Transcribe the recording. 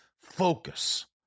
focus